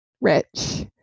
rich